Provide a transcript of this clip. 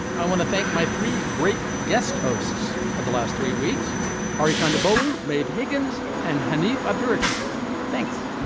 i want to thank my three great guest hosts of the last three weeks hari kondabolu made higgins and hanif abdul ricky thanks.